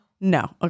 No